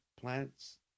plants